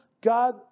God